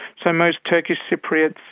so most turkish cypriots,